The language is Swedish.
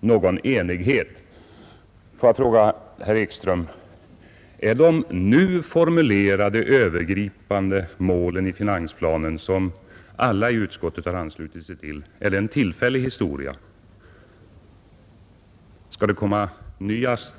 någon enighet. Får jag då fråga herr Ekström: Är de nu formulerade övergripande målen i finansplanen, som alla i utskottet har anslutit sig till, att betrakta såsom tillfälliga? Skall sedan nya mål formuleras?